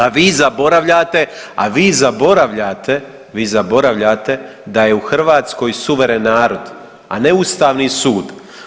A vi zaboravljate, a vi zaboravljate, vi zaboravljate da je u Hrvatskoj suveren narod, a ne Ustavni sud.